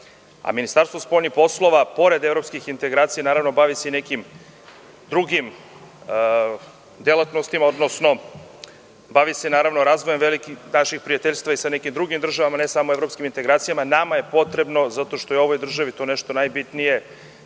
a Ministarstvo spoljnih poslova pored evropskih integracija, naravno bavi se i nekim drugim delatnostima, odnosno bavi se razvojem velikih naših prijateljstava i sa nekim drugim državama, ne samo evropskim integracijama. Nama je potrebno zato što je ovoj državi to nešto najbitnije,